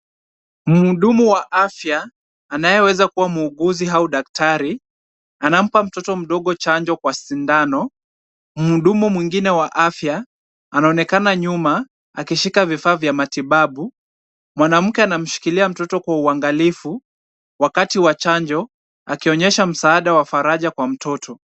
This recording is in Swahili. Mhudumu wa afya, anayeweza kuwa muuguzi au daktari, anampa mtoto mdogo chanjo kwa sindano. Mhudumu mwingine wa afya, anaonekana nyuma akishika vifaa vya matibabu. Mwanamke anamshikilia mtoto kwa uangalifu wakati wa chanjo, akionyesha msaada wa faraja kwa mtoto.